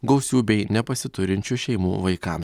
gausių bei nepasiturinčių šeimų vaikams